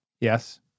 yes